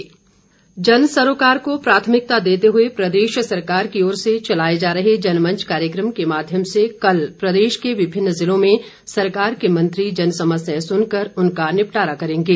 जनमंच जनसरोकार को प्राथमिकता देते हुए प्रदेश सरकार की ओर से चलाए जा रहे जनमंच कार्यक्रम के माध्यम से कल प्रदेश के विभिन्न जिलों में सरकार के मंत्री जनसमस्याएं सुनकर उनका निपटारा करेंगे